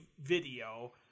video